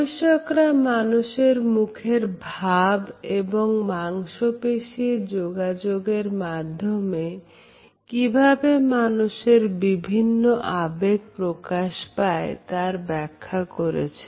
গবেষকরা মানুষের মুখের ভাব এবং মাংসপেশির যোগাযোগের মাধ্যমে কিভাবে মানুষের বিভিন্ন আবেগ প্রকাশ পায় তার ব্যাখ্যা করেছেন